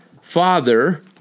Father